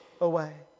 away